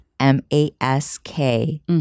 M-A-S-K